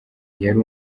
yari